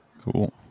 Cool